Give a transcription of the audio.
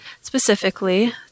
Specifically